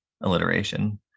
alliteration